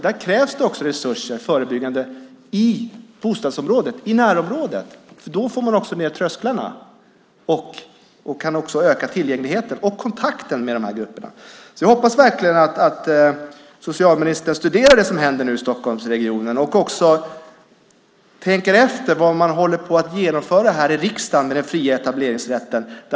Där krävs det också förebyggande resurser i närområdet. Då får man också ned trösklarna och kan öka tillgängligheten och kontakten med de här grupperna. Jag hoppas alltså verkligen att socialministern studerar det som nu händer i Stockholmsregionen och också tänker efter vad man håller på att genomföra här i riksdagen med den fria etableringsrätten.